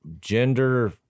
gender